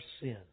sin